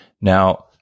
Now